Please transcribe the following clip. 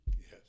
Yes